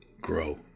grow